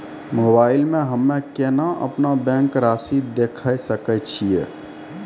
Mobile मे हम्मय केना अपनो बैंक रासि देखय सकय छियै?